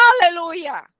Hallelujah